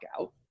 out